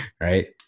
right